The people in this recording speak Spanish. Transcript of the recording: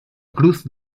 cruz